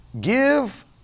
give